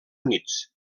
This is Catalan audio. units